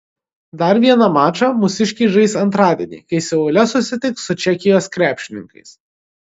dar vieną mačą mūsiškiai žais antradienį kai seule susitiks su čekijos krepšininkais